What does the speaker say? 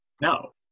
No